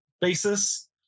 basis